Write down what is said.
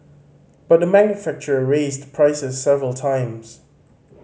but the manufacturer raised prices several times